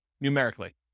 numerically